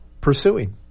pursuing